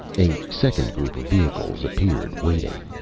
a second group of vehicles appeared, waiting.